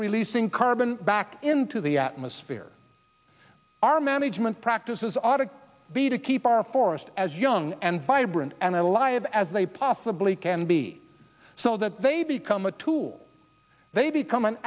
releasing carbon back into the atmosphere our management practices ought to be to keep our forests as young and vibrant and alive as they possibly can be so that they become a tool they become an